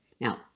Now